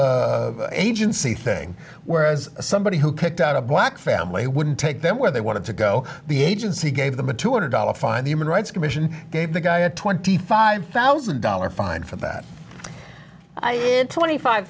of agency thing whereas somebody who picked out a black family wouldn't take them where they wanted to go the agency gave them a two hundred dollars fine the human rights commission gave the guy a twenty five thousand dollar fine for that twenty five